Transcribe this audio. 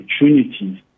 opportunities